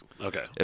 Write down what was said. Okay